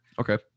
Okay